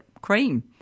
cream